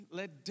let